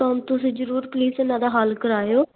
ਹੁਣ ਤੁਸੀਂ ਜ਼ਰੂਰ ਪਲੀਜ਼ ਇਹਨਾਂ ਦਾ ਹੱਲ ਕਰਾਇਓ